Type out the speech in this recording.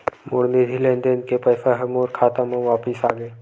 मोर निधि लेन देन के पैसा हा मोर खाता मा वापिस आ गे